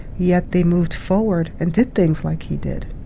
yet they moved forward, and did things like he did.